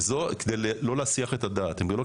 וזה כדי לא להסיח את דעתם של האמבריולוגים